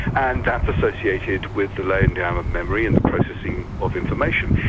and that's associated with the laying down of memory and the processing of information.